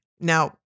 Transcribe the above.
now